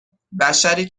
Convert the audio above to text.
بشری